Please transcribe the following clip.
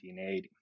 1980